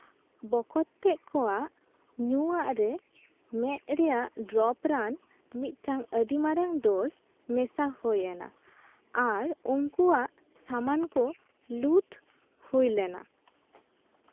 ᱵᱚᱠᱚᱛ ᱛᱮᱫ ᱠᱚᱣᱟᱜ ᱧᱩᱣᱟᱜ ᱨᱮ ᱢᱮᱫ ᱨᱮᱭᱟᱜ ᱰᱨᱚᱯ ᱨᱟᱱ ᱢᱤᱫᱴᱟᱱ ᱟᱹᱰᱤ ᱢᱟᱨᱟᱝ ᱰᱳᱥ ᱢᱮᱥᱟ ᱦᱩᱭᱮᱱᱟ ᱟᱨ ᱩᱱᱠᱩᱣᱟᱜ ᱥᱟᱢᱟᱱ ᱠᱚ ᱞᱩᱴ ᱦᱩᱭ ᱞᱮᱱᱟ